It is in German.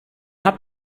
habt